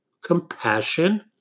compassion